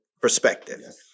perspective